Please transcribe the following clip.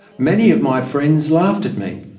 many of my friends laughed at me.